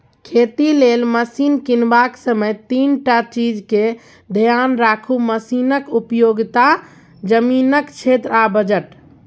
खेती लेल मशीन कीनबाक समय तीनटा चीजकेँ धेआन राखु मशीनक उपयोगिता, जमीनक क्षेत्र आ बजट